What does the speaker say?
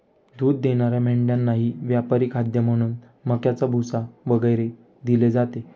दूध देणाऱ्या मेंढ्यांनाही व्यापारी खाद्य म्हणून मक्याचा भुसा वगैरे दिले जाते